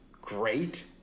great